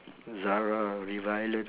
zara river island